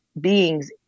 beings